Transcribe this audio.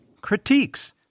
critiques